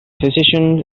physician